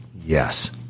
yes